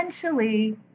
essentially